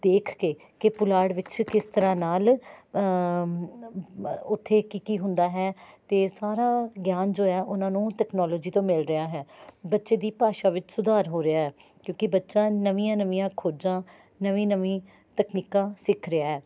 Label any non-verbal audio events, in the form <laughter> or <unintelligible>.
ਦੇਖ ਕੇ ਕਿ ਪੁਲਾੜ ਵਿੱਚ ਕਿਸ ਤਰ੍ਹਾਂ ਨਾਲ <unintelligible> ਉੱਥੇ ਕੀ ਕੀ ਹੁੰਦਾ ਹੈ ਅਤੇ ਸਾਰਾ ਗਿਆਨ ਜੋ ਹੈ ਉਹਨਾਂ ਨੂੰ ਤਕਨਾਲੋਜੀ ਤੋਂ ਮਿਲ ਰਿਹਾ ਹੈ ਬੱਚੇ ਦੀ ਭਾਸ਼ਾ ਵਿੱਚ ਸੁਧਾਰ ਹੋ ਰਿਹਾ ਹੈ ਕਿਉਂਕਿ ਬੱਚਾ ਨਵੀਆਂ ਨਵੀਆਂ ਖੋਜਾਂ ਨਵੀਂ ਨਵੀਂ ਤਕਨੀਕਾਂ ਸਿੱਖ ਰਿਹਾ ਹੈ